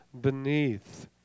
beneath